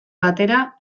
batera